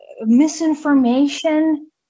misinformation